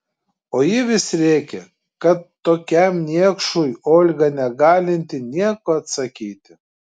o ji vis rėkė kad tokiam niekšui olga negalinti nieko atsakyti